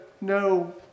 no